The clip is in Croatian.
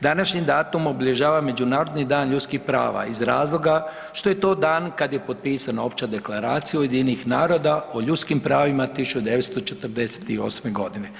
Današnji datum obilježava Međunarodni dan ljudskih prava iz razloga što je to dan kad je potpisana Opća deklaracija UN-a o ljudskim pravima 1948. godine.